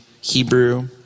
hebrew